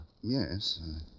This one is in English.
Yes